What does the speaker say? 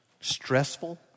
stressful